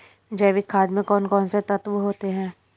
जैविक खाद में कौन कौन से तत्व होते हैं?